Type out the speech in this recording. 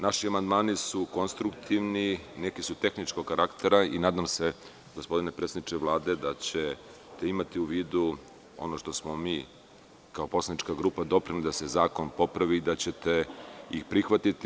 Naši amandmani su konstruktivni, neki su tehničkog karaktera i nadam se, gospodine predsedniče Vlade, da ćete imati u vidu ono što smo mi kao poslanička grupa doprineli da se zakon popravi i da ćete ih prihvatiti.